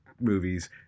movies